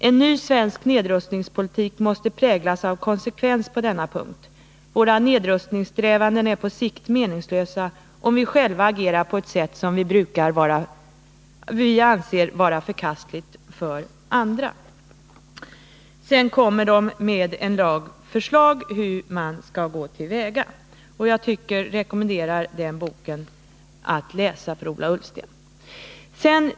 En ny svensk nedrustningspolitik måste präglas av konsekvens på denna punkt, våra nedrustningssträvanden är på sikt meningslösa om vi själva agerar på ett sätt som vi anser vara förkastligt för andra.” Sedan kommer de med en rad förslag hur man skall gå till väga. Jag rekommenderar Ola Ullsten att läsa den boken.